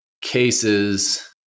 cases